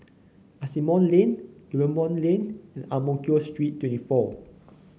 Asimont Lane Guillemard Lane Ang Mo Kio Street twenty four